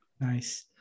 Nice